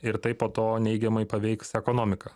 ir tai po to neigiamai paveiks ekonomiką